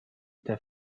der